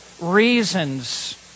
reasons